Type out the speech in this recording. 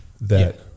that-